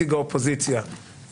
אני אעדכן אותך בשנייה שאני אדע.